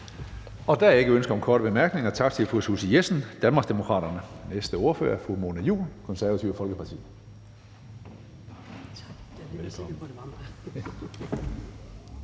Der er ingen ønsker om korte bemærkninger. Tak til fru Susie Jessen, Danmarksdemokraterne. Næste ordfører er fru Mona Juul, Det Konservative Folkeparti.